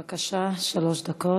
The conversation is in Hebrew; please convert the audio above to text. בבקשה, שלוש דקות.